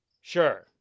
Sure